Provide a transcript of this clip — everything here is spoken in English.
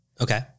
Okay